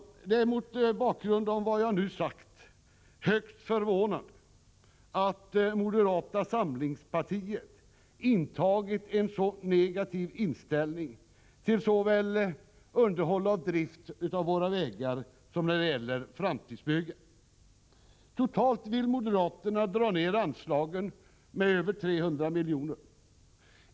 Jag finner det mot bakgrund av vad jag nu sagt högst förvånande att moderata samlingspartiet intagit en så negativ hållning såväl när det gäller underhåll och drift av våra vägar som när det gäller framtidsbyggen. Totalt vill moderaterna dra ner anslagen med över 300 miljoner.